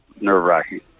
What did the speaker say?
nerve-wracking